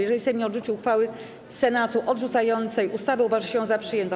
Jeżeli Sejm nie odrzuci uchwały Senatu odrzucającej ustawę, uważa się ją za przyjętą.